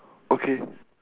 okay